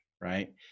right